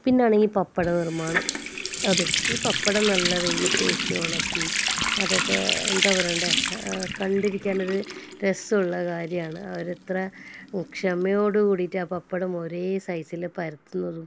പിന്നെ ആണെങ്കിൽ പപ്പട നിർമ്മാണം അതും ഈ പപ്പടം നല്ല വെയിലത്ത് വെച്ച് ഉണക്കി അതൊക്കെ എന്താണ് പറയണ്ടേ കണ്ടിരിക്കാൻ ഒരു രസമുള്ള കാര്യമാണ് അവർ ഇത്ര ക്ഷമയോടു കൂടിയിട്ട് ആ പപ്പടം ഒരേ സൈസിൽ പരത്തുന്നതും